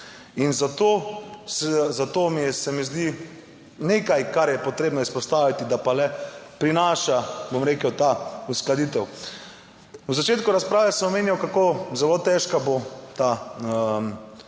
In zato, zato se mi zdi nekaj kar je potrebno izpostaviti, da pa le prinaša, bom rekel, ta uskladitev. V začetku razprave sem omenjal kako zelo težka bo ta